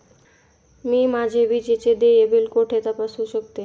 मी माझे विजेचे देय बिल कुठे तपासू शकते?